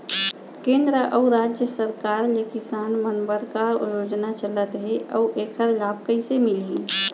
केंद्र अऊ राज्य सरकार ले किसान मन बर का का योजना चलत हे अऊ एखर लाभ कइसे मिलही?